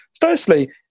Firstly